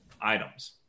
items